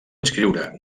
inscriure